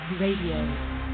Radio